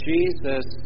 Jesus